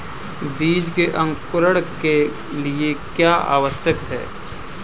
बीज के अंकुरण के लिए क्या आवश्यक है?